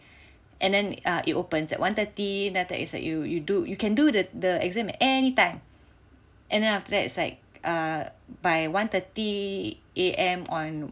and then err it opens at one thirty then after that is like you you do you can do the the exam at anytime and then after that it's like err by one thirty A_M on